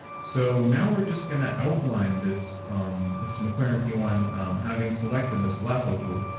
so now we're just going to outline this this mclaren p one having selected this lasso tool.